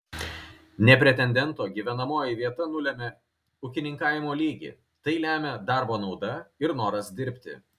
ne pretendento gyvenamoji vieta nulemia ūkininkavimo lygį tai lemia darbo nauda ir noras dirbti